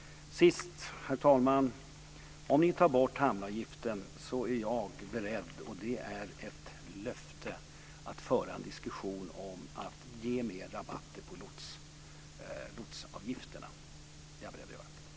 Till sist kan jag säga att om ni tar bort hamnavgiften är jag beredd - och det är ett löfte - att föra en diskussion om att ge mer rabatt på lotsavgifterna. Det är jag beredd att göra.